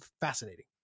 fascinating